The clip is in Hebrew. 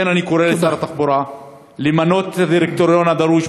לכן אני קורא לשר התחבורה למנות את הדירקטוריון הדרוש